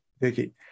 Vicky